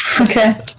okay